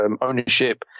ownership